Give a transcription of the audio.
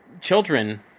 children